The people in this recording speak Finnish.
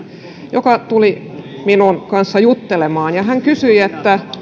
joka tuli minun kanssani juttelemaan hän kysyi